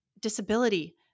disability